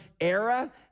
era